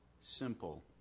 simple